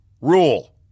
rule